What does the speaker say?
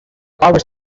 power